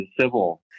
civil